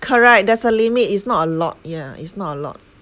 correct there's a limit it's not a lot yeah it's not a lot